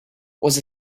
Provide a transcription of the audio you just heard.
was